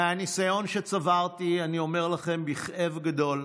מהניסיון שצברתי אני אומר לכם בכאב גדול: